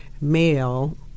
Male